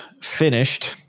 finished